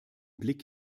blick